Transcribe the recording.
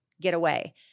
getaway